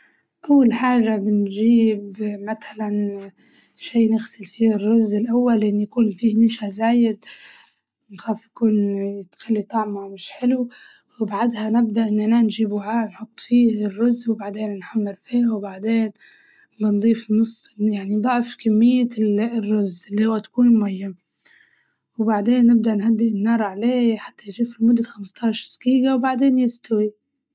أول حاجة بنجيب متلاً شي نغسل فيه الرز الأول لأن يكون فيه نشا زايد نخاف يكون يخلي طعمه مش حلو، وبعدها نبدأ إننا نجيب وعاء نحط فيه الرز وبعدين نحمر فيه وبعدين بنضيف نص يعني ضغق كمية ال- الرز اللي هو تكون مية، وبعدين نبدأ نهدي النار عليه حتى يجف لمدة خمسة هشر دقيقة وبعدين يستوي.